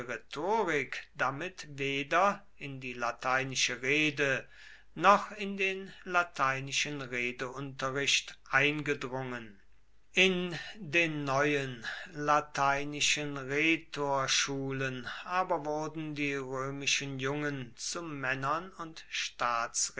rhetorik damit weder in die lateinische rede noch in den lateinischen redeunterricht eingedrungen in den neuen lateinischen rhetorschulen aber wurden die römischen jungen zu männern und